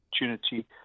opportunity